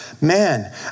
man